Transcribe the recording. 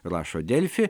rašo delfi